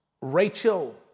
Rachel